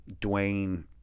Dwayne